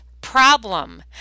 problem